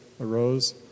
arose